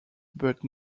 but